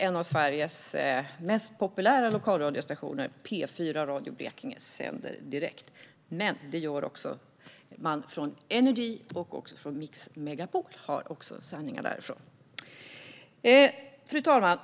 En av Sveriges populäraste lokalradiostationer, P4 Radio Blekinge, sänder direkt, men det gör även NRJ och Mix Megapol. Fru talman!